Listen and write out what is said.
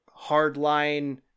hardline